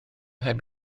heb